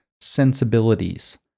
Sensibilities